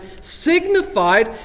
signified